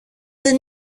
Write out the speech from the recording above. δεν